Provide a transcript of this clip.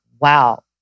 wow